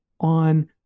on